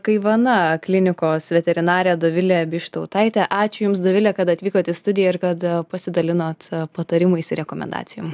kaivana klinikos veterinarė dovilė bištautaitė ačiū jums dovile kad atvykot į studiją ir kad pasidalinot savo patarimais rekomendacijom